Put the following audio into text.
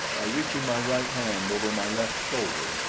by reaching my right hand over my left shoulder,